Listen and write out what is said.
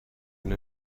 and